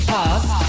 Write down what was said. Past